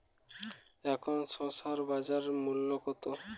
এখন শসার বাজার মূল্য কত?